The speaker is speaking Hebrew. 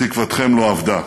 תקוותכם לא אבדה.